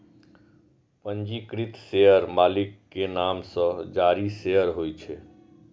पंजीकृत शेयर मालिक के नाम सं जारी शेयर होइ छै